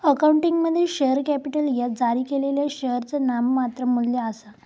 अकाउंटिंगमध्ये, share capital ह्या जारी केलेल्या शेअरचा नाममात्र मू्ल्य आसा